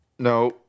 no